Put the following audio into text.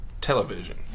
television